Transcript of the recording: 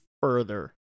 further